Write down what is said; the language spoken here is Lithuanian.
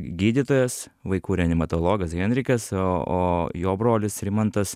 gydytojas vaikų reanimatologas henrikas o o jo brolis rimantas